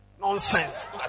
Nonsense